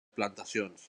plantacions